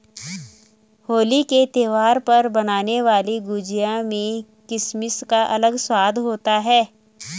होली के त्यौहार पर बनने वाली गुजिया में किसमिस का अलग ही स्वाद होता है